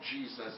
Jesus